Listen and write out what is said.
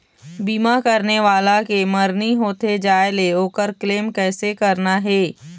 बीमा करने वाला के मरनी होथे जाय ले, ओकर क्लेम कैसे करना हे?